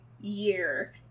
year